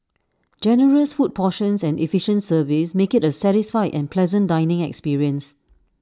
generous food portions and efficient service make IT A satisfied and pleasant dining experience